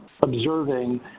observing